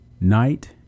night